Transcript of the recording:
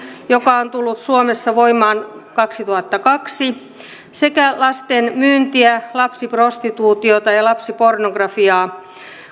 joka on tullut suomessa voimaan kaksituhattakaksi koskee lasten osallistumista aseellisiin selkkauksiin ja lasten myyntiä lapsiprostituutiota ja lapsipornografiaa